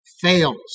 fails